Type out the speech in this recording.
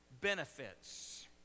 benefits